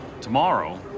Tomorrow